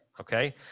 Okay